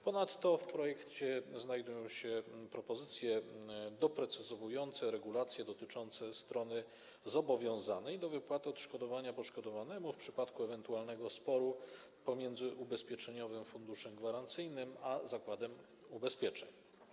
Ponadto w projekcie znajdują się propozycje doprecyzowujące regulacje dotyczące strony zobowiązanej do wypłaty odszkodowania poszkodowanemu w przypadku ewentualnego sporu pomiędzy Ubezpieczeniowym Funduszem Gwarancyjnym a zakładem ubezpieczeń.